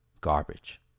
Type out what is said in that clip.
garbage